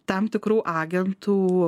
tam tikrų agentų